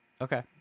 Okay